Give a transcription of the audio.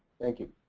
thank you.